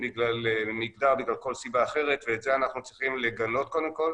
בגלל מגדר ובגלל כל סיבה אחרת ואת זה אנחנו צריכים לגנות קודם כל,